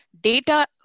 data